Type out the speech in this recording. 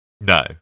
no